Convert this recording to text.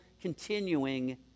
continuing